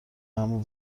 اما